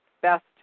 best